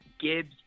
Gibbs